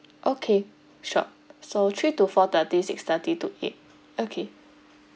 okay sure so three to four thirty six thirty to eight okay